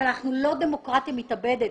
אבל אנחנו לא דמוקרטיה מתאבדת,